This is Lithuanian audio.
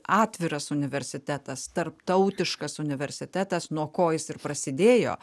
atviras universitetas tarptautiškas universitetas nuo ko jis ir prasidėjo